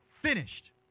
finished